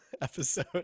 episode